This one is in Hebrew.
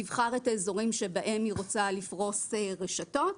תבחר את האזורים שבהם היא רוצה לפרוס רשתות.